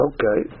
Okay